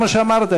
כמו שאמרתי,